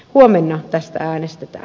huomenna tästä äänestetään